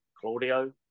Claudio